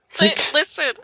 Listen